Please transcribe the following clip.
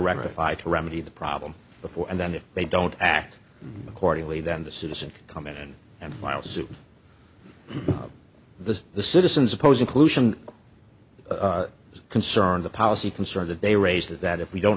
rectify to remedy the problem before and then if they don't act accordingly then the citizen come in and file suit the the citizens oppose inclusion concern the policy concern that they raised is that if we don't